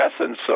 essence